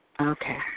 Okay